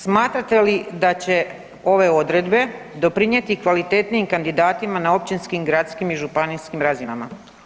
Smatrate li da će ove odredbe doprinijeti kvalitetnijim kandidatima na općinskim, gradskim i županijskim razinama?